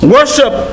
Worship